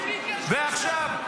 ועכשיו,